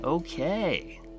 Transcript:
Okay